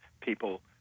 people